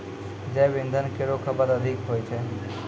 जैव इंधन केरो खपत अधिक होय छै